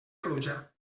pluja